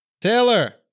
Taylor